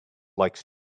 likes